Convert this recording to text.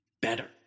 better